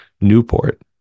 newport